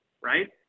right